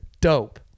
dope